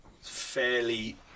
fairly